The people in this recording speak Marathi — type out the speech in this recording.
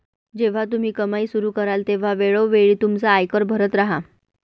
जेव्हा तुम्ही कमाई सुरू कराल तेव्हा वेळोवेळी तुमचा आयकर भरत राहा